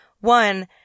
One